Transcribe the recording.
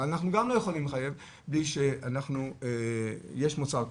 אבל אנחנו לא יכולים לחייב בלי שיש מוצר כזה.